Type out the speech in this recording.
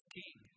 king